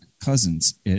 Cousins